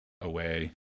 away